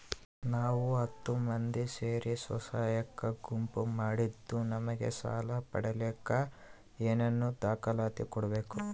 ನಾವು ಹತ್ತು ಮಂದಿ ಸೇರಿ ಸ್ವಸಹಾಯ ಗುಂಪು ಮಾಡಿದ್ದೂ ನಮಗೆ ಸಾಲ ಪಡೇಲಿಕ್ಕ ಏನೇನು ದಾಖಲಾತಿ ಕೊಡ್ಬೇಕು?